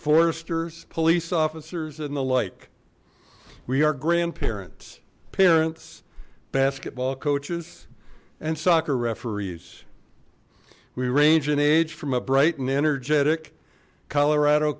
foresters police officers and the like we are grandparents parents basketball coaches and soccer referees we range in age from a bright and energetic colorado